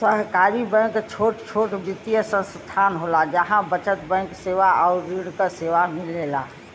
सहकारी बैंक छोट छोट वित्तीय संस्थान होला जहा बचत बैंक सेवा आउर ऋण क सेवा मिलेला